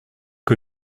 que